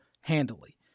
handily